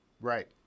Right